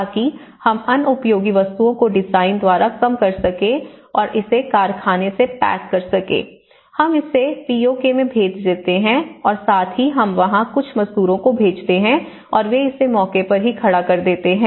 ताकि हम अनुपयोगी वस्तुओं को डिजाइन द्वारा कम कर सकें और इसे कारखाने से पैक कर सकें हम इसे पीओके में भेज देते हैं और साथ ही हम वहां कुछ मजदूरों को भेजते हैं और वे इस मौके पर ही खड़ा कर देते हैं